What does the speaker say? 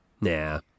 Nah